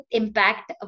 impact